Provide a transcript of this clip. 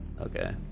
Okay